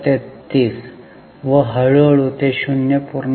33 व हळूहळू ते 0